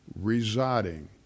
residing